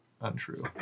untrue